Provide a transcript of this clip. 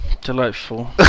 Delightful